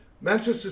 Manchester